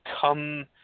come